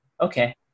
Okay